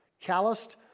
calloused